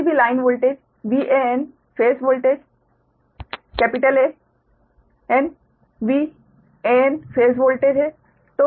किसी भी line voltage VAn phase voltage AN VAn phase voltage है